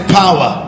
power